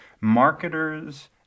marketers